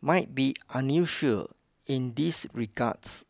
might be unusual in these regards